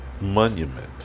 monument